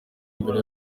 mbere